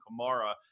Kamara